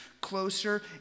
closer